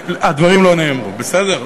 הדברים לא נאמרו, בסדר?